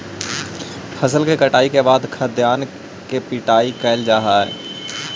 फसल के कटाई के बाद खाद्यान्न के पिटाई कैल जा हइ